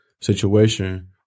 situation